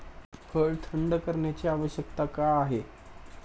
फळ थंड करण्याची आवश्यकता का आहे?